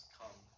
come